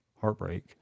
Heartbreak